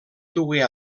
dugué